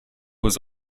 was